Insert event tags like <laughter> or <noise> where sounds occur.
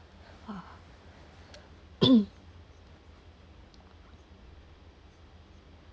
!wah! <coughs>